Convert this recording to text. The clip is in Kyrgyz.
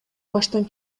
баштан